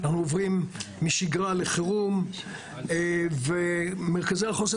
אנחנו עוברים משגרה לחירום ומרכזי החוסן